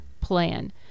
plan